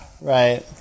right